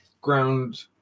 Ground